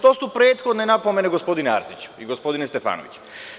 To su prethodne napomene, gospodine Arsiću i gospodine Stefanoviću.